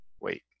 wait